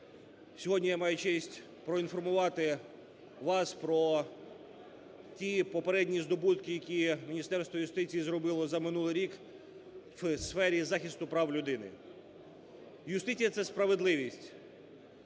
Сьогодні я маю честь проінформувати вас про ті попередні здобутки, які Міністерство юстиції зробило за минулий рік у сфері захисту прав людини. Юстиція – це справедливість,